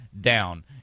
down